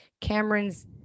Cameron's